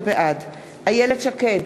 בעד איילת שקד,